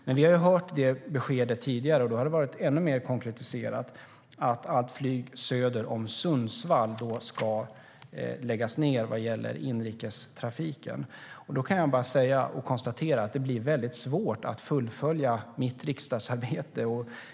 Men vi har fått beskedet tidigare, och då har det varit ännu mer konkretiserat, att allt inrikesflyg söder om Sundsvall ska läggas ned. Då kan jag bara konstatera att det blir väldigt svårt att fullfölja mitt riksdagsarbete.